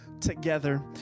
together